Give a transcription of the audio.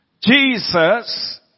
Jesus